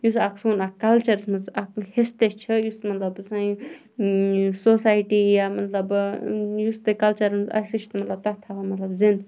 یُس اکھ سون اکھ کَلچَرَس مَنٛز چھُ اکھ حصہٕ تہِ چھُ یُس مَطلَب سوسایٹی یا مَطلَب یُس تہِ مَطلَب کَلچَر آسہِ یہِ چھُ تَتھ تھاوان زِنٛدٕ